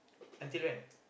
until when